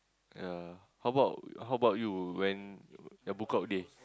ya how about how about you when you are book out a day